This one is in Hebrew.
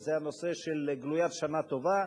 וזה הנושא של גלוית שנה טובה,